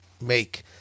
make